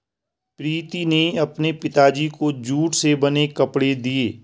प्रीति ने अपने पिताजी को जूट से बने कपड़े दिए